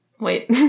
wait